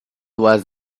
was